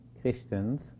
Christians